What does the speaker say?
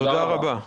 תודה רבה.